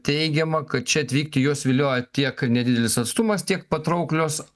teigiama kad čia atvykti juos vilioja tiek nedidelis atstumas tiek patrauklios